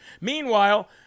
Meanwhile